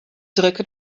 drukken